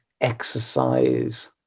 exercise